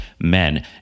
Men